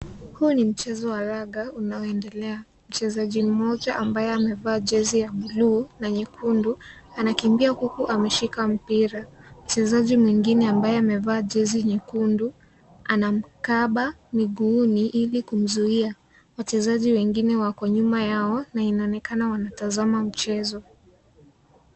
Huu ni mchezo wa raga unaoendelea. Mchezaji mmoja ambaye amevaa jezi ya bluu na nyekundu, anakimbia huku ameshika mpira. Mchezaji mwingine ambaye amevaa jezi nyekundu, anamkaba miguuni ili kumzuia. Wachezaji wengine wako nyuma yao na inaonekana wanatazama mchezo.